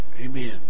amen